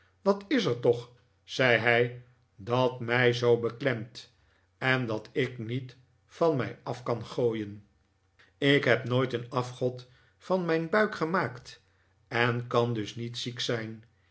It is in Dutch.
wat is er toch zei hij dat mij zoo beklemt en dat ik niet van mij af kan gooien ik heb nooit een afgod van mijn buik gemaakt en kan dus niet ziek zijn